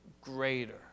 greater